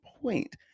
point